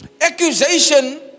Accusation